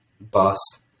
bust